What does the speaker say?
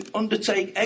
undertake